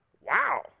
Wow